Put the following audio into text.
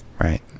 Right